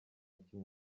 kimwe